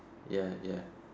ya ya